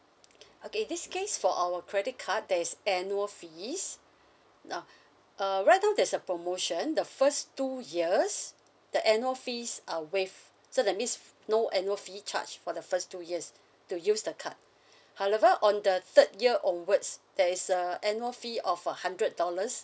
okay this case for our credit card there is annual fees uh uh right now there's a promotion the first two years the annual fees are waived so that means no annual fee charged for the first two years to use the card however on the third year onwards there is a annual fee of a hundred dollars